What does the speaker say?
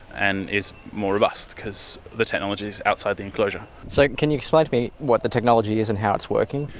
and is more robust, because the technology is outside the enclosure. so can you explain to me what the technology is and how it's working?